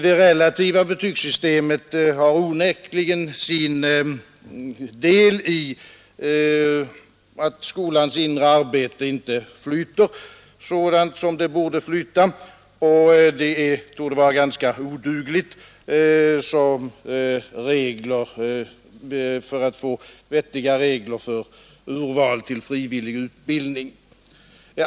Det relativa betygssystemet har onekligen sin del i att skolans inre arbete inte flyter så som det borde flyta. Det torde vara ganska odugligt när det gäller att få vettiga regler för urval till frivillig utbildning.